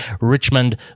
Richmond